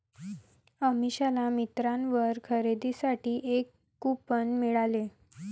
अमिषाला मिंत्रावर खरेदीसाठी एक कूपन मिळाले